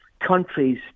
countries